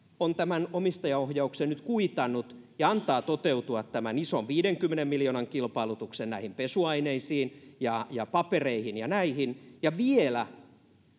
on tämän omistajaohjauksen nyt kuitannut ja antaa toteutua tämän ison viidenkymmenen miljoonan kilpailutuksen näihin pesuaineisiin ja ja papereihin ja näihin ja vielä